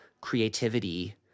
creativity